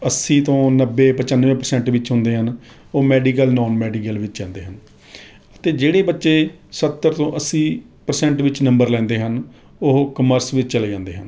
ਅੱਸੀ ਤੋਂ ਨੰਬੇ ਪਚੰਨਵੇ ਪ੍ਰਸੈਂਟ ਵਿੱਚ ਹੁੰਦੇ ਹਨ ਉਹ ਮੈਡੀਕਲ ਨੌਨ ਮੈਡੀਕਲ ਵਿੱਚ ਜਾਂਦੇ ਹਨ ਅਤੇ ਜਿਹੜੇ ਬੱਚੇ ਸੱਤਰ ਤੋਂ ਅੱਸੀ ਪ੍ਰਸੈਂਟ ਵਿੱਚ ਨੰਬਰ ਲੈਂਦੇ ਹਨ ਉਹ ਕਾਮਰਸ ਵਿੱਚ ਚਲੇ ਜਾਂਦੇ ਹਨ